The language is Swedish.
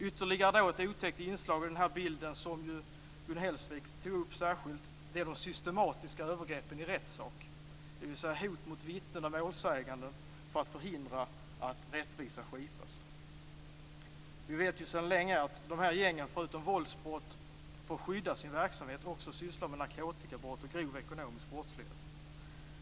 Ytterligare ett otäckt inslag i denna bild, som Gun Hellsvik tog upp särskilt, är de systematiska övergreppen i rättssak, dvs. hot mot vittnen och målsäganden för att förhindra att rättvisa skipas. Vi vet ju sedan länge att dessa gäng, förutom våldsbrott för att skydda sin verksamhet, också sysslar med narkotikabrott och grov ekonomisk brottslighet.